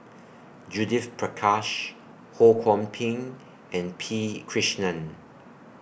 Judith Prakash Ho Kwon Ping and P Krishnan